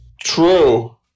True